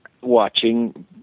watching